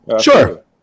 Sure